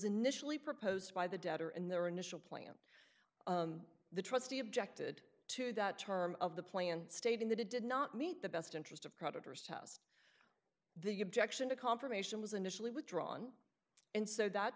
initially proposed by the debtor in their initial plan the trustee objected to that term of the plan stating that it did not meet the best interest of creditors house the objection to confirmation was initially withdrawn and so that